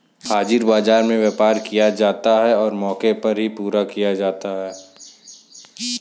हाजिर बाजार में व्यापार किया जाता है और मौके पर ही पूरा किया जाता है